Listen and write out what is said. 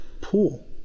pool